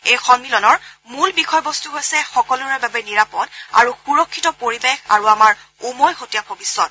এই সম্মিলনৰ মূল বিষয়বস্তু হৈছে সকলোৰে বাবে নিৰাপদ আৰু সুৰক্ষিত পৰিৱেশ আৰু আমাৰ উমৈহতীয়া ভৱিষ্যত